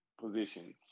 positions